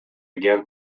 again